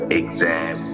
exam